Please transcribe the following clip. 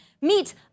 Meet